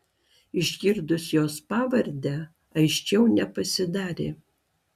išgirdus jos pavardę aiškiau nepasidarė